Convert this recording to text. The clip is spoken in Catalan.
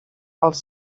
els